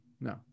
No